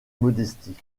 modestie